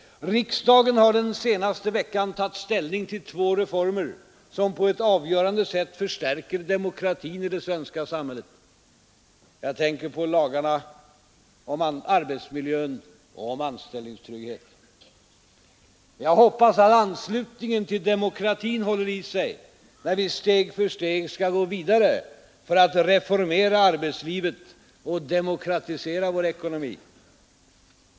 Riksdagen har den senaste veckan tagit ställning till två reformer, som på ett avgörande sätt förstärker demokratin i det svenska samhället. Jag tänker på lagarna om arbetsmiljön och anställningstryggheten. Jag hoppas att anslutningen till demokratin håller i sig när vi steg för steg skall gå vidare för att reformera arbetslivet och demokratisera vår ekonomi.